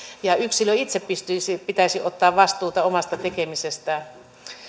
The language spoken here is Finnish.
ja yksilön itse pitäisi ottaa vastuuta omasta tekemisestään